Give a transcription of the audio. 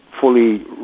fully